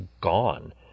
gone